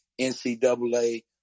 NCAA